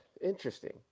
Interesting